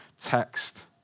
text